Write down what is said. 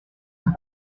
hard